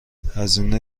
هزینه